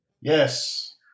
Yes